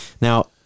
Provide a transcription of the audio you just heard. Now